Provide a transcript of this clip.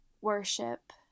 worship